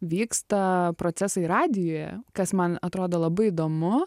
vyksta procesai radijuje kas man atrodo labai įdomu